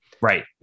Right